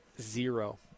Zero